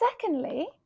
secondly